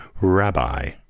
rabbi